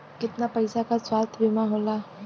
कितना पैसे का स्वास्थ्य बीमा होला?